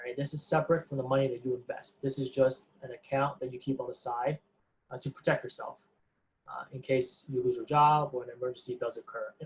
this is separate from the money that you invest, this is just an account that you keep on the side ah to protect yourself in case you lose your job, or an emergency does occur.